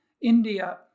India